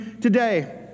today